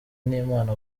n’impano